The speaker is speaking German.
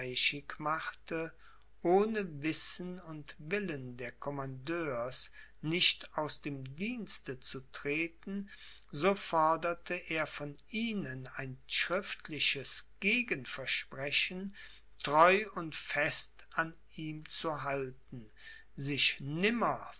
machte ohne wissen und willen der commandeurs nicht aus dem dienste zu treten so forderte er von ihnen ein schriftliches gegenversprechen treu und fest an ihm zu halten sich